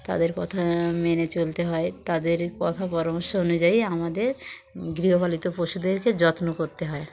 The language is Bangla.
তাদের কথা মেনে চলতে হয় তাদের কথা পরামর্শ অনুযায়ী আমাদের গৃহপালিত পশুদেরকে যত্ন করতে হয়